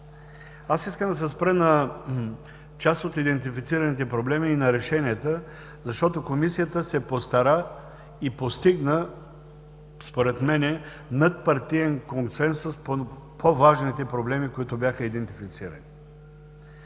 Аз искам да се спра на част от идентифицираните проблеми и на решенията, защото Комисията се постара и постигна според мен надпартиен консенсус по по-важните идентифицирани